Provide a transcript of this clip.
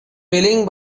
willing